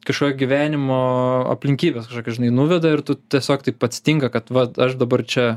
kažkokio gyvenimo aplinkybės kažkokios žinai nuveda ir tu tiesiog taip atsitinka kad vat aš dabar čia